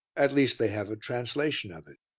at least they have a translation of it.